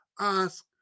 Ask